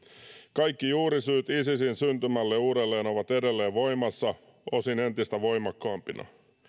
kaikki juurisyyt isisin syntymälle uudelleen ovat edelleen voimassa osin entistä voimakkaampina